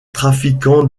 trafiquant